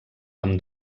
amb